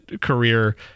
career